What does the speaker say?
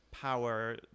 power